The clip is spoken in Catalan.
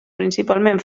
principalment